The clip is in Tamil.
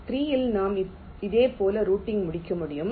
3 இல் நாம் இதேபோல் ரூட்டிங் முடிக்க முடியும்